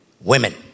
women